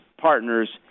partners